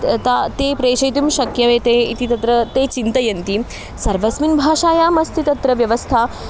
ते ते प्रेषयितुं शक्यन्ते ते इति तत्र ते चिन्तयन्ति सर्वस्मिन् भाषायाम् अस्ति तत्र व्यवस्था